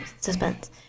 suspense